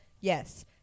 yes